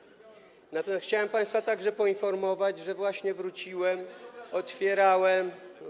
Natomiast chciałbym państwa także poinformować, że właśnie wróciłem, otwierałem.